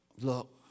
look